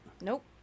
Nope